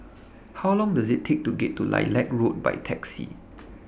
How Long Does IT Take to get to Lilac Road By Taxi